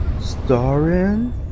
Starring